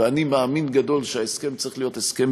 ואני מאמין גדול שההסכם צריך להיות הסכם